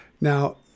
Now